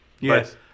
Yes